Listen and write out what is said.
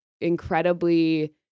incredibly